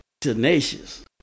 Tenacious